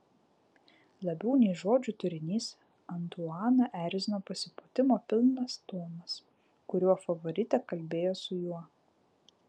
labiau nei žodžių turinys antuaną erzino pasipūtimo pilnas tonas kuriuo favoritė kalbėjo su juo